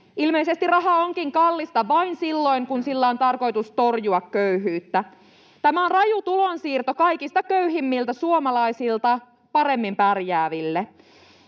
Ilmeisesti raha onkin kallista vain silloin, kun sillä on tarkoitus torjua köyhyyttä. Tämä on raju tulonsiirto kaikista köyhimmiltä suomalaisilta paremmin pärjääville,